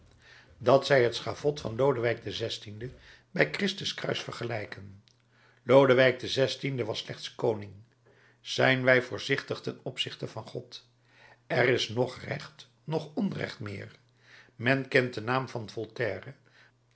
dat zij het schavot van lodewijk xvi bij christus kruis vergelijken lodewijk xvi was slechts koning zijn wij voorzichtig ten opzichte van god er is noch recht noch onrecht meer men kent den naam van